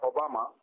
Obama